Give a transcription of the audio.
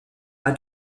bei